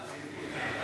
זה יפה